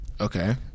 Okay